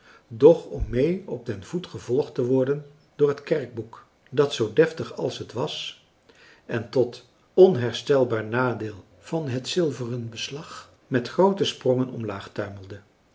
doch om mee op den voet gevolgd te worden door het kerkboek dat zoo deftig als het was en tot onherstelbaar nadeel van het zilveren beslag met groote sprongen omlaag tuimelde